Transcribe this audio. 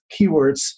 keywords